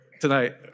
tonight